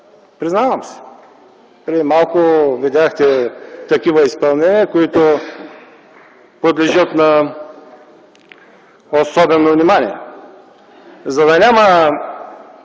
признавам си. Преди малко видяхте такива изпълнения, които подлежат на особено внимание. За да няма